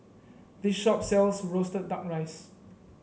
this shop sells roasted duck rice